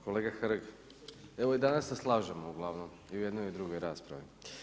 Kolega Hrg, evo i danas se slažemo uglavnom i u jednoj i u drugoj raspravi.